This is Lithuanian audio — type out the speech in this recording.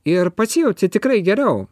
ir pasijauti tikrai geriau